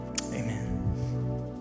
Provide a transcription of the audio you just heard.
amen